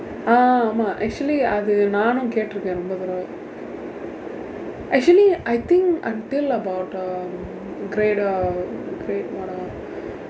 ah ஆமாம்:aamaam actually அது நானும் கேட்டிருக்கேன் ரொம்ப தடவை:athu naanum keetdirukkeen rompa thadavai actually I think until about um grade um grade what ah